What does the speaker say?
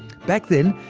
back then,